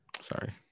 sorry